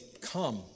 come